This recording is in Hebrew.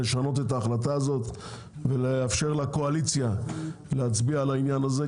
לשנות את ההחלטה הזאת ולאפשר לקואליציה להצביע על העניין הזה,